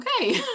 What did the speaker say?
okay